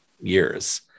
years